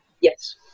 Yes